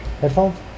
Headphones